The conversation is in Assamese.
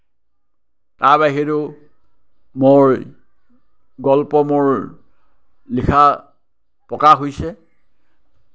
তাৰ বাহিৰেও মই গল্প মোৰ লিখা প্ৰকাশ হৈছে